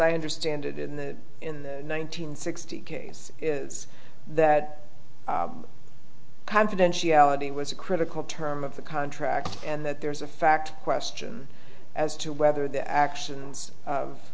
i understand it in the one nine hundred sixty case is that confidentiality was a critical term of the contract and that there's a fact question as to whether the actions of